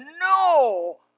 no